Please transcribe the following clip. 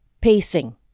pacing